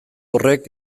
horrek